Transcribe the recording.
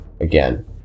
again